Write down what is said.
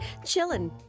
chillin